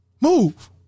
Move